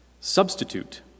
substitute